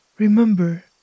Remember